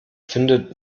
findet